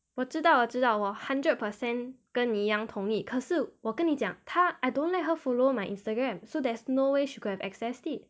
我知道我知道我 hundred percent 跟你一样同意可是我跟你讲她 I don't let her follow my instagram so there's no way she could have accessed it